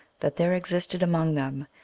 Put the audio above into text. that there existed among them,